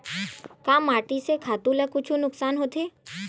का माटी से खातु ला कुछु नुकसान होथे?